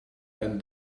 and